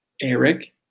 Eric